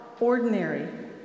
ordinary